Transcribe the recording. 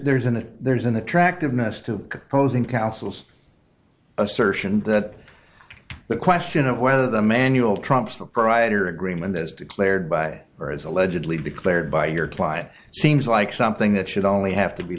there's an there's an attractiveness to closing council's assertion that the question of whether the manual trumps the prior agreement as declared by or as allegedly be cleared by your client seems like something that should only have to be